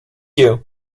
you